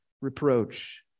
reproach